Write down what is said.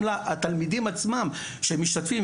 גם לתלמידים עצמם שמשתתפים.